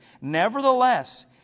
Nevertheless